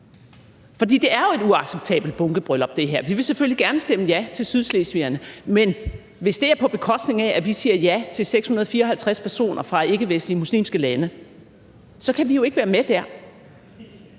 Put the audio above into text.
for det er jo et uacceptabelt bunkebryllup, det her. Vi vil selvfølgelig gerne stemme ja til sydslesvigerne. Men hvis det er på bekostning af, at vi siger ja til 654 personer fra ikkevestlige muslimske lande, så kan vi jo ikke være med der.